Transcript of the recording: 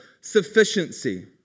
sufficiency